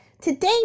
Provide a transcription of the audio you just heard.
today